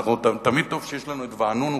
תמיד טוב שיש לנו ואנונו,